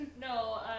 No